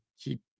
keep